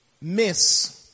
miss